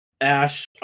Ash